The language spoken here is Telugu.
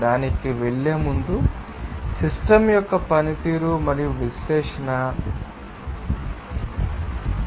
దానికి వెళ్ళే ముందు సిస్టమ్ యొక్క పనితీరు మరియు విశ్లేషణ మీకు తెలుసు